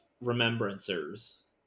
Remembrancers